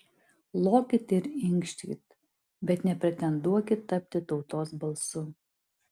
lokit ir inkškit bet nepretenduokit tapti tautos balsu